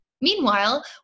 Meanwhile